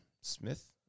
Smith